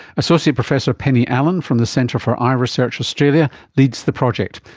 associate professor penny allen from the centre for eye research australia leads the project,